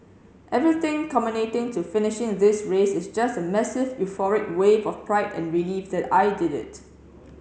everything culminating to finishing this race is just a massive euphoric wave of pride and relief that I did it